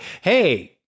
hey